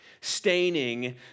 staining